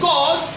God